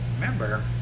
remember